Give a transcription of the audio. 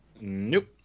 Nope